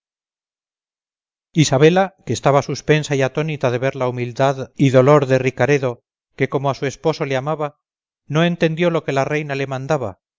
isabela que estaba suspensa y atónita de ver la humildad y dolor de ricaredo que como a su esposo le amaba no entendió lo que la reina le mandaba